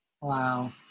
Wow